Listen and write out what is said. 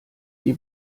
die